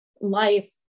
life